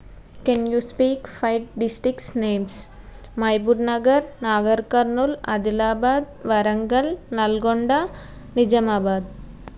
can you speak five districts names Mahabubnagar Nagarkurnool Adilabad Warangal Nalgonda Nizamabad